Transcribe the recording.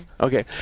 Okay